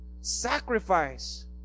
sacrifice